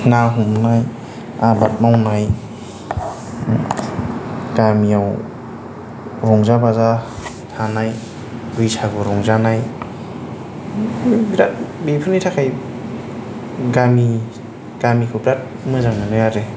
ना हमनाय आबाद मावनाय गामियाव रंजा बाजा थानाय बैसागु रंजानाय बिराद बेफोरनि थाखाय गामि गामिखौ बिराद मोजां मोनो आरो